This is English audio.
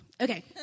Okay